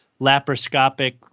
laparoscopic